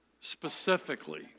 specifically